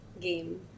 game